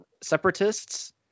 separatists